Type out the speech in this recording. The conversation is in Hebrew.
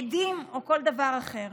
עדים או כל דבר אחר.